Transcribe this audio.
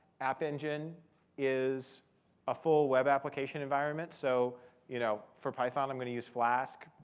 app engine is a full web application environment. so you know for python, i'm going to use flask.